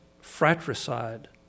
fratricide